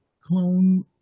clone